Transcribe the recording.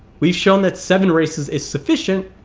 we've shown that seven races is sufficient.